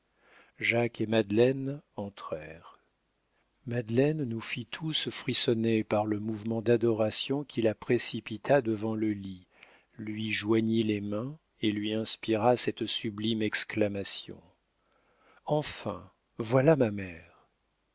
jacques et madeleine entrèrent madeleine nous fit tous frissonner par le mouvement d'adoration qui la précipita devant le lit lui joignit les mains et lui inspira cette sublime exclamation enfin voilà ma mère